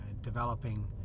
developing